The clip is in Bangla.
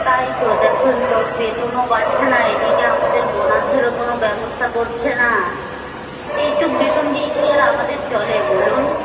তাই তো দেখুন তো বেতনও বাড়ছে না এদিকে আমাদের বোনাসেরও কোনো ব্যবস্থা করছে না এইটুকু বেতন দিয়ে কি আর আমাদের চলে বলুন